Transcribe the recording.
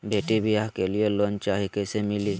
बेटी ब्याह के लिए लोन चाही, कैसे मिली?